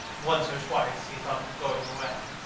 once or twice he thought of going away.